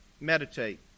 Meditate